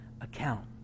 account